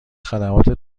خدمات